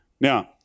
Now